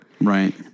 Right